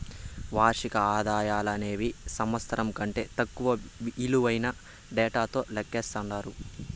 వార్షిక ఆదాయమనేది సంవత్సరం కంటే తక్కువ ఇలువైన డేటాతో లెక్కిస్తండారు